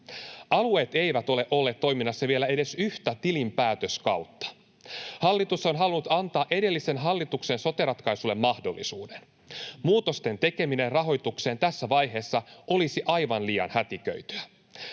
Alueet eivät ole olleet toiminnassa vielä edes yhtä tilinpäätöskautta. Hallitus on halunnut antaa edellisen hallituksen sote-ratkaisulle mahdollisuuden. Muutosten tekeminen rahoitukseen tässä vaiheessa olisi aivan liian hätiköityä.